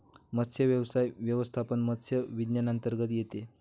मत्स्यव्यवसाय व्यवस्थापन मत्स्य विज्ञानांतर्गत येते